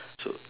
so